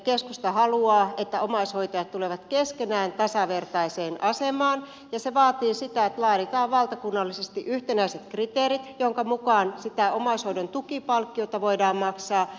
keskusta haluaa että omaishoitajat tulevat keskenään tasavertaiseen asemaan ja se vaatii sitä että laaditaan valtakunnallisesti yhtenäiset kriteerit joiden mukaan omaishoidon tukipalkkiota voidaan maksaa